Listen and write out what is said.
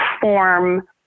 form